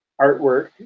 artwork